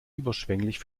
überschwänglich